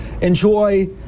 Enjoy